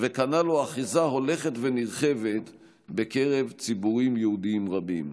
וקנה לו אחיזה הולכת ונרחבת בקרב ציבורים יהודיים רבים.